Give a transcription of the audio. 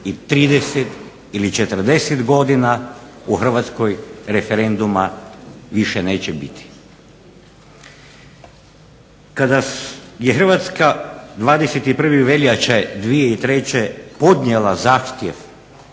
i 30 ili 40 godina u Hrvatskoj referenduma više neće biti. Kada je Hrvatska 21. veljače 2003. podnijela zahtjev